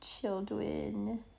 children